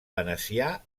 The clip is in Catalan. venecià